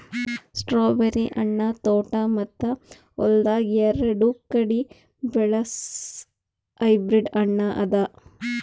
strawberry ಹಣ್ಣ ತೋಟ ಮತ್ತ ಹೊಲ್ದಾಗ್ ಎರಡು ಕಡಿ ಬೆಳಸ್ ಹೈಬ್ರಿಡ್ ಹಣ್ಣ ಅದಾ